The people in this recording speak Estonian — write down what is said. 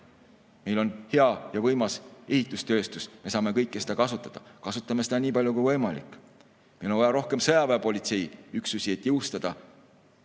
Meil on hea ja võimas ehitustööstus, me saame kõike seda kasutada, kasutame seda nii palju, kui võimalik. Meile on vaja rohkem sõjaväepolitseiüksusi, et jõustada